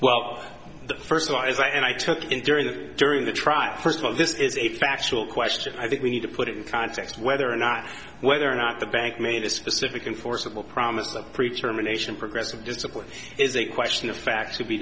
well first of all as i and i took in during the during the trial first of all this is a factual question i think we need to put it in context whether or not whether or not the bank made a specific and forcible promise of pre term a nation progressive discipline is a question of fact should be